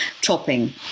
topping